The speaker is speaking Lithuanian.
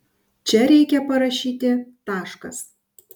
čia reikia parašyti taškas